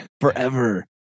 Forever